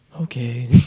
okay